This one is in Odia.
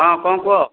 ହଁ କ'ଣ କୁହ